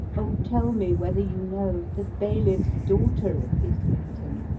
o tell me, whether you knowe the bayliffes daughter of islington.